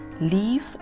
leave